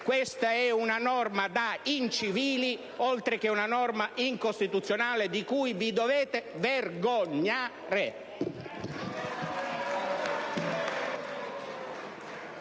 Questa è una norma da incivili, oltre che incostituzionale, di cui vi dovete vergognare.